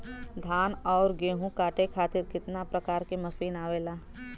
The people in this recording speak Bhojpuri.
धान और गेहूँ कांटे खातीर कितना प्रकार के मशीन आवेला?